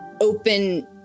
open